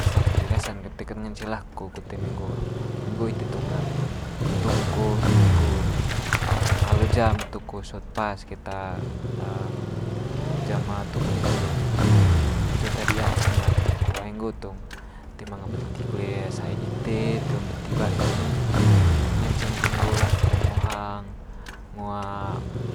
Sai rasa'n ket toe kat ngance lako kut eme nggo apa, eme nggo ite tong ga toko sot nggo alo jam toko sot pas keta jam toko dite nggitu. Hitu dia sebenar toko ai nggo tong toe manga beti kole sai dite, toe ma beti wai nggitu nganceng kin nggo lako ngo hang, ngo